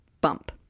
bump